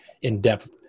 in-depth